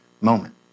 moment